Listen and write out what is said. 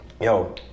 Yo